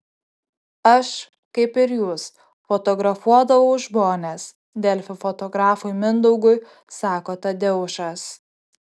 aš kaip ir jūs fotografuodavau žmones delfi fotografui mindaugui sako tadeušas